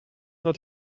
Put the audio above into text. not